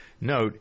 note